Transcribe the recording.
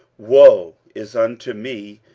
woe is unto me,